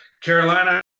Carolina